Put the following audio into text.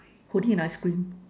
holding an ice cream